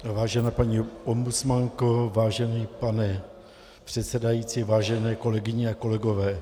Vážená paní ombudsmanko, vážený pane předsedající, vážené kolegyně a kolegové.